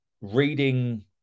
reading